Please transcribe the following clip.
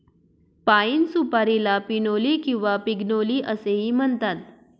पाइन सुपारीला पिनोली किंवा पिग्नोली असेही म्हणतात